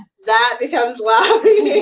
that becomes lobbying.